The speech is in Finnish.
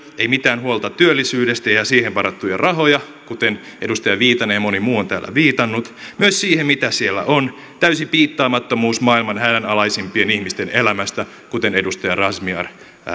ei mitään huolta työllisyydestä ja ja siihen varattuja rahoja kuten edustaja viitanen ja moni muu on täällä viitannut myös siitä mitä siellä on täysi piittaamattomuus maailman hädänalaisimpien ihmisten elämästä kuten edustaja razmyar